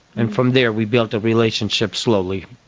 and from there we built a relationship slowly.